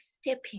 stepping